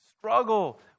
struggle